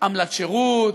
עמלת שירות,